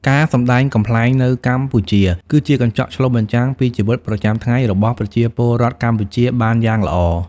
ការសម្ដែងកំប្លែងនៅកម្ពុជា គឺជាកញ្ចក់ឆ្លុះបញ្ចាំងពីជីវិតប្រចាំថ្ងៃរបស់ប្រជាពលរដ្ឋកម្ពុជាបានយ៉ាងល្អ។